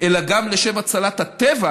אלא גם לשם הצלת הטבע,